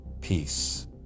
peace